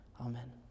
Amen